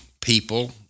people